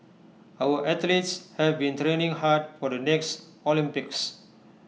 our athletes have been training hard for the next Olympics